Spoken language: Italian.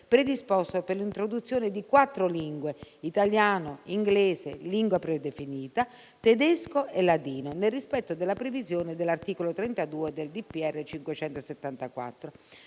predisposto per l'introduzione di quattro, lingue italiano, inglese, lingua predefinita, tedesco e ladino, nel rispetto della previsione dell'articolo 32 decreto del